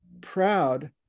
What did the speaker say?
proud